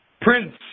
Prince